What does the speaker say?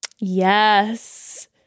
yes